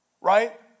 right